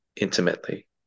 intimately